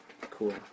cool